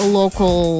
local